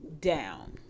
down